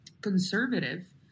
conservative